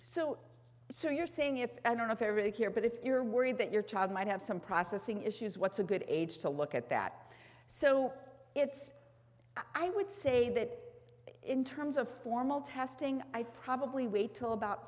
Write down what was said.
so so you're saying if i don't have everything here but if you're worried that your child might have some processing issues what's a good age to look at that so it's i would say that in terms of formal testing i probably wait til about